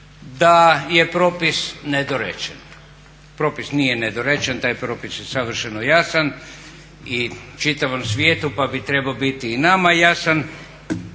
da je propis nedorečen. Propis nije nedorečen taj propis je savršeno jasan i čitavom svijetu pa bi trebao biti i nama jasan.